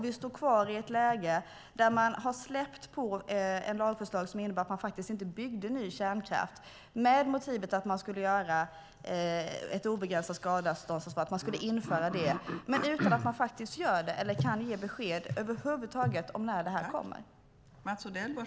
Vi är kvar i läget att man släppt på ett lagförslag som innebar att ny kärnkraft inte skulle byggas, med motivet att ett obegränsat skadeståndsansvar skulle införas - detta utan att man gör det eller kan ge något besked över huvud taget om när det här kommer.